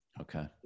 Okay